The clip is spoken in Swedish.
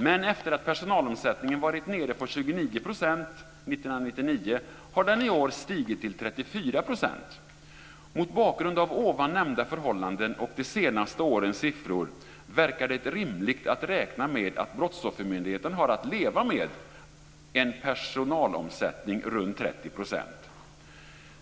Men efter att personalomsättningen varit nere på 29 % år 1999 har den i år stigit till 34 %. Mot bakgrund av nämnda förhållanden och de senaste årens siffror verkar det rimligt att räkna med att Brottsoffermyndigheten har att leva med en personalomsättning runt 30 %.